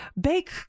bake